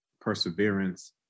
perseverance